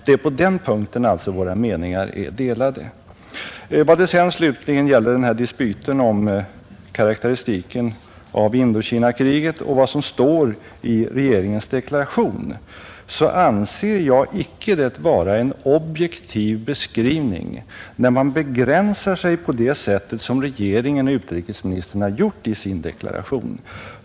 Det är alltså på den punkten våra meningar är delade. Vad det slutligen gäller dispyten om karakteristiken av Indokinakriget och vad som står i regeringens deklaration vill jag säga att jag anser det icke vara en objektiv beskrivning när man begränsar sig på det sätt som regeringen och utrikesministern gjort i sin deklaration.